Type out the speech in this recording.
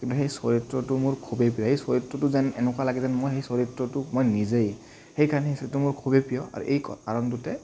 কিন্তু সেই চৰিত্ৰটো মোৰ খুবেই প্ৰিয় সেই চৰিত্ৰটো যেন এনেকুৱা লাগে যেন মই সেই চৰিত্ৰটো মই নিজেই সেইকাৰণে সেই চৰিত্ৰটো মোৰ খুবেই প্ৰিয় আৰু এই কাৰণটোতে